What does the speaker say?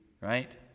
right